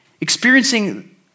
experiencing